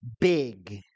big